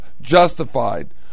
justified